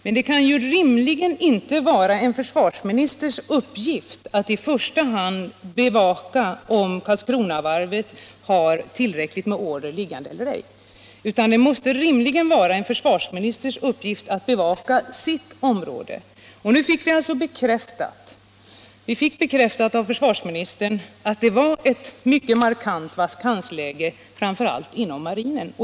Sedan kan det rimligen inte heller vara en försvarsministers uppgift att i första hand bevaka om Karlskronavarvet har tillräckligt med inneliggande order eller inte. Hans uppgift måste i stället vara att bevaka sitt område. Och nu fick vi bekräftat av försvarsministern att det var ett mycket markant vakansläge inom framför allt marinen.